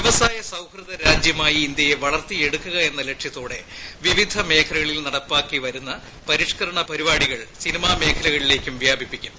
വ്യവസായ സൌഹൃദ രാജ്യമായി ഇന്ത്യയെ വളർത്തിയെടുക്കുക എന്ന ലക്ഷ്യത്തോടെ വിവിധ മേഖലകളിൽ നടപ്പില്റ്ക്കി വരുന്ന പരിഷ്ക്കരണ നടപടികൾ സിനിമാമേഖലകളിലേക്കും വ്യാപിപ്പിക്കും